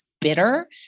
bitter